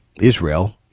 Israel